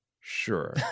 Sure